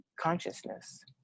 consciousness